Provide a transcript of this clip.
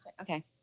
Okay